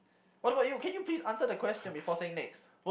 how about you can you please answer the question before saying next